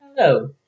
Hello